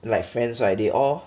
like friends right they all